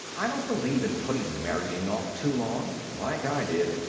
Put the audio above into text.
i don't believe in putting marrying off too long like i did.